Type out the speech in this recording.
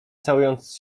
całując